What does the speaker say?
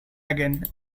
again